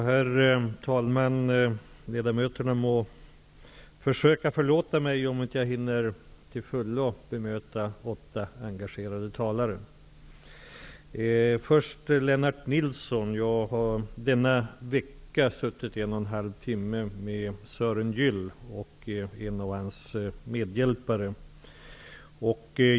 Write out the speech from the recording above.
Herr talman! Ledamöterna må försöka förlåta mig, om jag inte hinner till fullo bemöta åtta engagerade talare. Först vill jag säga till Lennart Nilsson att jag denna vecka har suttit i en och en halv timme med Sören Gyll och en av hans medhjälpare.